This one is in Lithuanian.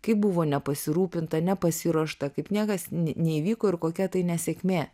kaip buvo nepasirūpinta nepasiruošta kaip niekas neįvyko ir kokia tai nesėkmė